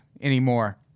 anymore